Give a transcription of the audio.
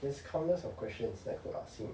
there's countless of questions that I could ask him